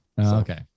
Okay